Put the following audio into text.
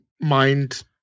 mind